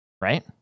Right